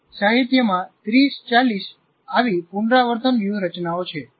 સાહિત્યમાં 30 40 આવી પુનરાવર્તન વ્યૂહરચનાઓ છે